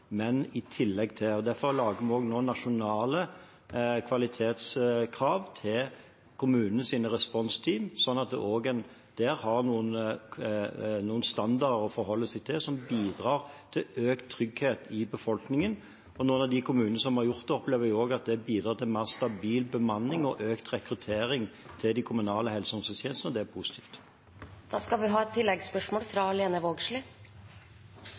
men i tillegg til. Derfor lager vi nasjonale kvalitetskrav til kommunenes responsteam, slik at man har noen standarder å forholde seg til som bidrar til økt trygghet i befolkningen. Noen av de kommunene som har gjort det, opplever at det bidrar til mer stabil bemanning og økt rekruttering til de kommunale helse- og omsorgstjenestene, og det er positivt.